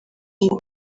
ngo